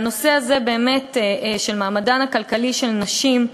והנושא הזה, באמת, של מעמדן הכלכלי של נשים,